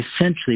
Essentially